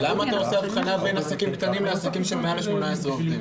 למה אתה עושה הבחנה בין עסקים קטנים לבין עסקים שהם מעל ל-18 עובדים?